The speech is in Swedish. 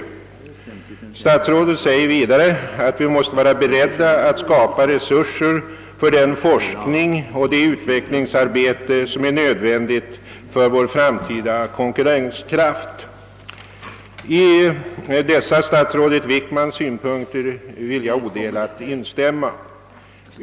Herr Wickman sade vidare att vi måste vara beredda att skapa resurser för den forskning och det utvecklingsarbete som är nödvändiga för vår framtida konkurrenskraft. I dessa statsrådet Wickmans synpunkter vill jag helt instämma.